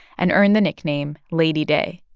and earned the nickname lady day.